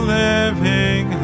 living